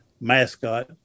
mascot